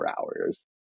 hours